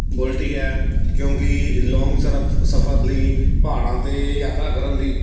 bullet ਹੀ ਹੈ ਕਿਉਂਕਿ ਲੌਂਗ ਸਰਫ ਸਫਰ ਲਈ ਪਹਾੜਾਂ 'ਤੇ ਯਾਤਰਾ ਕਰਨ ਲਈ